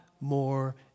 more